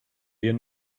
wir